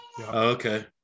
okay